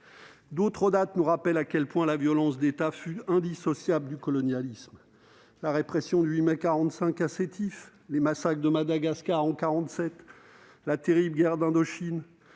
D'autres dates nous rappellent à quel point la violence d'État fut indissociable du colonialisme : la répression du 8 mai 1945 à Sétif, les massacres de Madagascar en 1947, la terrible guerre d'Indochine,